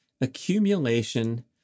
accumulation